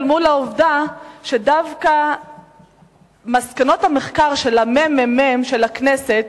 אל מול העובדה שדווקא מסקנות המחקר של הממ"מ של הכנסת,